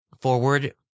forward